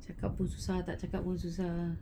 cakap pun susah tak cakap pun susah ah